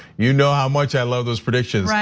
you know how much i love those predictions,